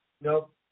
Nope